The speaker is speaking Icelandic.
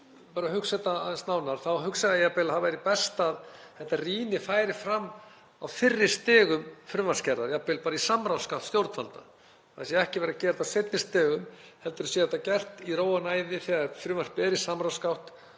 bara að hugsa þetta aðeins nánar þá hugsa ég að jafnvel væri best að þessi rýni færi fram á fyrri stigum frumvarpsgerðar, jafnvel bara í samráðsgátt stjórnvalda. Það sé ekki verið að gera það á seinni stigum heldur sé það gert í ró og næði þegar frumvarpið er í samráðsgátt